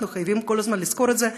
אנחנו חייבים כל הזמן לזכור את זה,